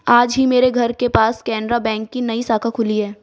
आज ही मेरे घर के पास केनरा बैंक की नई शाखा खुली है